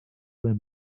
limp